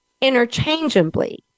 interchangeably